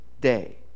day